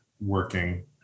working